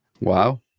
Wow